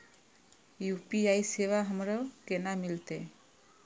UPI सेवा हमरो केना मिलते?